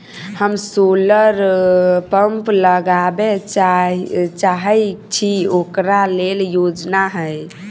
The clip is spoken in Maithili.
हम सोलर पम्प लगाबै चाहय छी ओकरा लेल योजना हय?